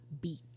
beat